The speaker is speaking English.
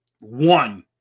One